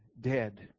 dead